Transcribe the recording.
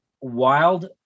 wild